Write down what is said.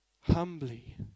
humbly